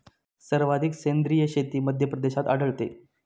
सर्वाधिक सेंद्रिय शेती मध्यप्रदेशात आढळते